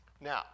Now